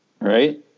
Right